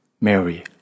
Mary